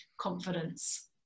confidence